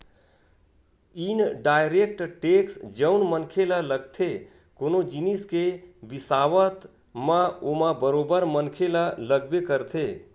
indirect tax जउन मनखे ल लगथे कोनो जिनिस के बिसावत म ओमा बरोबर मनखे ल लगबे करथे